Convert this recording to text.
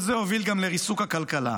כל זה הוביל גם לריסוק הכלכלה.